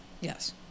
Yes